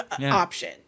option